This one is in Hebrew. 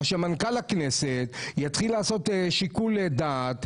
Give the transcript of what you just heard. שמנכ"ל הכנסת יפעיל שיקול דעת,